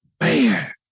Man